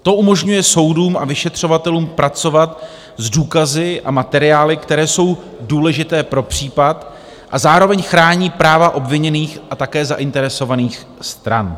To umožňuje soudům a vyšetřovatelům pracovat s důkazy a materiály, které jsou důležité pro případ, a zároveň chrání práva obviněných a také zainteresovaných stran.